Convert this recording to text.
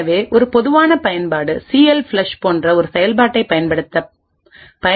எனவே ஒரு பொதுவான பயன்பாடு சிஎல்ஃப்ளஷ் போன்ற ஒரு செயல்பாட்டைப் பயன்படுத்தாது